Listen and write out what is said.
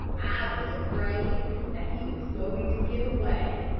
i was afraid that he was going to get away,